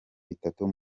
bitatu